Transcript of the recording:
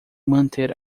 manter